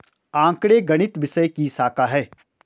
आंकड़े गणित विषय की शाखा हैं